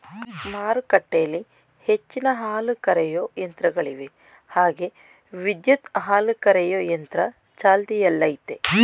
ಮಾರುಕಟ್ಟೆಲಿ ಹೆಚ್ಚಿನ ಹಾಲುಕರೆಯೋ ಯಂತ್ರಗಳಿವೆ ಹಾಗೆ ವಿದ್ಯುತ್ ಹಾಲುಕರೆಯೊ ಯಂತ್ರ ಚಾಲ್ತಿಯಲ್ಲಯ್ತೆ